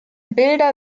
bilder